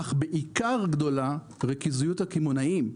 אך בעיקר גדולה ריכוזיות הקמעונאים.